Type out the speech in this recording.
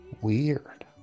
weird